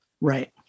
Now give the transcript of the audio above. Right